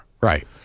Right